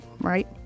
Right